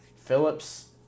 Phillip's